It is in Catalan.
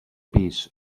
pis